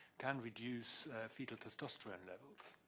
can reduce fetal testosterone levels.